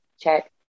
check